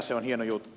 se on hieno juttu